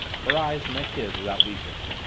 her eyes met his without weakening,